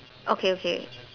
okay okay